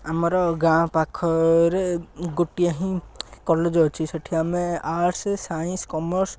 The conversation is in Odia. ଆମର ଗାଁ ପାଖରେ ଗୋଟିଏ ହିଁ କଲେଜ ଅଛି ସେଠି ଆମେ ଆର୍ଟସ ସାଇନ୍ସ କମର୍ସ